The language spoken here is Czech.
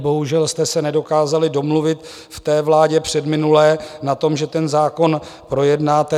Bohužel jste se nedokázali domluvit ve vládě předminulé na tom, že ten zákon projednáte.